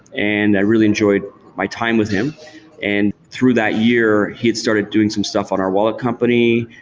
and i really enjoyed my time with him and through that year, he had started doing some stuff on our wallet company.